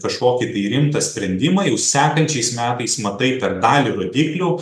kažkokį tai rimtą sprendimą jau sekančiais metais matai per dalį rodiklių